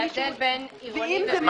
ההבדל בין עירוני ובין-עירוני קיים.